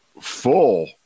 full